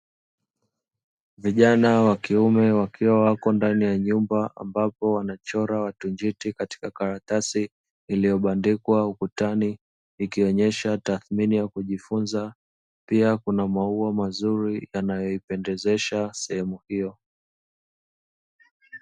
Vijana wa kiume wakiwa wapo ndani ya nyumba ambapo wanachora watu njiti katika karatasi iliyo bandikwa ukutani ikionyesha tathmini ya kujifunza. Pia kuna maua mazuri yanayo ipendezesha sehemu hiyo.